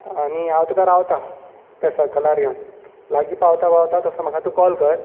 आनी हांव तुका रावतां त्या सर्कलार येवन लागीं पावता पावता तसो म्हाका तूं कॉल कर